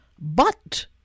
But